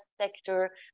sector